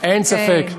אין ספק,